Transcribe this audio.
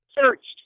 searched